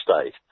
state